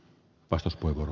pasasen vuoro